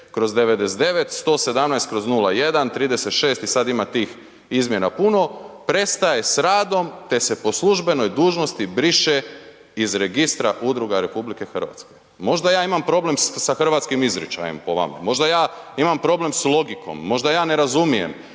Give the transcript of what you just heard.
NN 6/99 117/01 36 i sad ima tih izmjena puno, prestaje s radom te se po službenoj dužnosti briše iz Registra udruga RH. Možda ja imam problem s hrvatskim izričajem po vama, možda ja imam problem s logikom, možda ja ne razumijem,